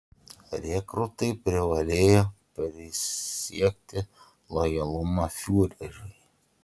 rekrūtai privalėjo prisiekti lojalumą fiureriui